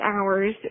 hours